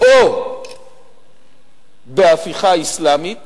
או בהפיכה אסלאמית